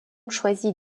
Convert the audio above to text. choisit